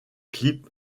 clip